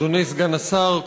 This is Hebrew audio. אדוני סגן השר,